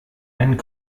einen